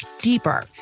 deeper